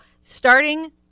starting